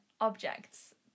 objects